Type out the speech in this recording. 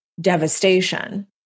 devastation